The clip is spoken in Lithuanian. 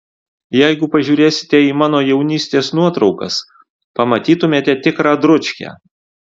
jeigu pažiūrėsite į mano jaunystės nuotraukas pamatytumėte tikrą dručkę